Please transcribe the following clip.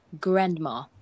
grandma